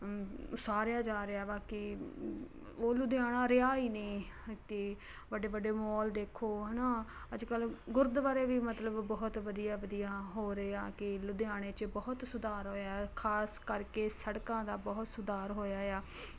ਉਸਾਰਿਆ ਜਾ ਰਿਹਾ ਵਾ ਕਿ ਉਹ ਲੁਧਿਆਣਾ ਰਿਹਾ ਹੀ ਨਹੀਂ ਅਤੇ ਵੱਡੇ ਵੱਡੇ ਮੋਲ ਦੇਖੋ ਹੈ ਨਾ ਅੱਜ ਕੱਲ੍ਹ ਗੁਰਦੁਆਰੇ ਵੀ ਮਤਲਬ ਬਹੁਤ ਵਧੀਆ ਵਧੀਆ ਹੋ ਰਹੇ ਆ ਕਿ ਲੁਧਿਆਣੇ 'ਚ ਬਹੁਤ ਸੁਧਾਰ ਹੋਇਆ ਖ਼ਾਸ ਕਰਕੇ ਸੜਕਾਂ ਦਾ ਬਹੁਤ ਸੁਧਾਰ ਹੋਇਆ ਆ